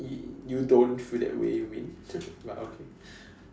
you don't feel that way you mean but okay